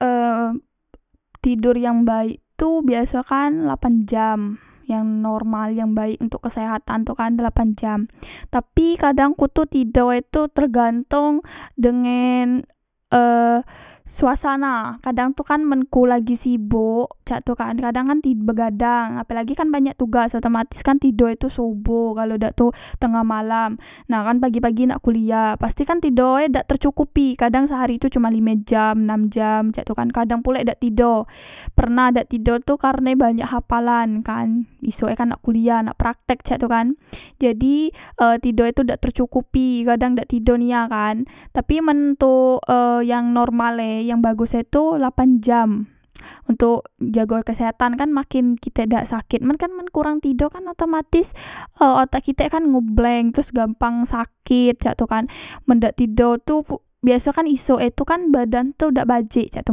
Em tidor yang baik tu biasokan lapan jam yang normal yang baek ontok kesehatan tu kan delapan jam tapi kadang ku tu tidoe tu tergantong dengen e suasana kadang tu kan men ku lagi sibok cak tu kan kadang kan ti begadang apelagi kan banyak tugas otomatiskan tido e tu shuboh kalo dak tu tengah malam nah kan pagi pagi nak kuliah pastikan tideo dak tercukupi kadang sehari tu cuma lime jam nam jam cak tu kan kadang pulek dak tido pernah dak tido tu karne banyak hapalan kan gisuk e kan nak kuliah nak praktek cak tu kan jadi e tidoe tu dak tercukupi kadang dak tido nia kan tapi men tuk e yang normale yang bagus e tu lapan jam ontok jago kesehatan kan makin kite dak saket men kan kurang tido kan otomatis eh otak kitek kan ngeblank e teros gampang sakit e cak tu kan men dak tido tu biaso e kan isuk e tu kan badan tu dak bajik cak tu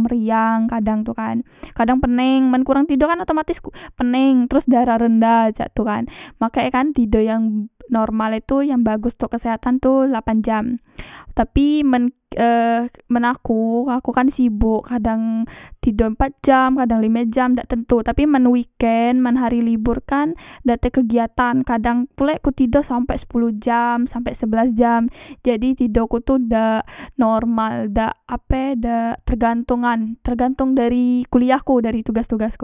meriang kadang tu kan kadang peneng men tido kan otomatis peneng teros darah rendah cak tu kan makek e kan tido yang normal e tu yang bagus ontok kesehatan tu lapan jam tapi men e men aku aku kan sibok kadang tido pat jam kadang lime jam dak tentu tapi men weekend men hari libor kan dak tek kegiatan kadang pulek ku tido sampek sepuluh jam sampek sebelas jam jadi tidoku tu dak normal dak ape dak tergantongan tergantong dari kuliah ku dari tugas tugasku